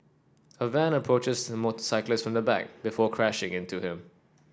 a van approaches the motorcyclist from the back before crashing into him